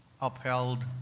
upheld